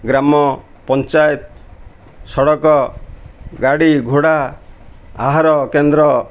ଗ୍ରାମ ପଞ୍ଚାୟତ ସଡ଼କ ଗାଡ଼ି ଘୋଡ଼ା ଆହାର କେନ୍ଦ୍ର